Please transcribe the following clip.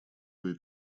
кое